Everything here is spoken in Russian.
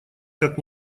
как